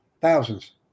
thousands